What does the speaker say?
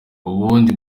ubundi